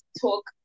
talk